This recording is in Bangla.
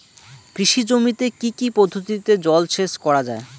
কৃষি জমিতে কি কি পদ্ধতিতে জলসেচ করা য়ায়?